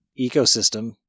ecosystem